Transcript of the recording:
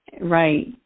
Right